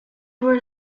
were